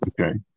Okay